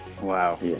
Wow